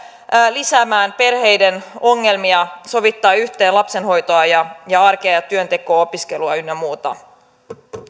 lisäämään perheiden ongelmia sovittaa yhteen lapsenhoitoa ja ja arkea ja työntekoa ja opiskelua ynnä muuta